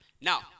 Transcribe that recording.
Now